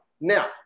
Now